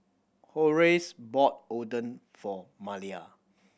Horace bought Oden for Malia